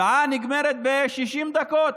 שעה נגמרת ב-60 דקות.